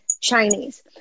Chinese